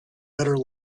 better